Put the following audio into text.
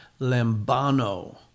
Lambano